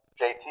JT